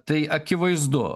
tai akivaizdu